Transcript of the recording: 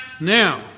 now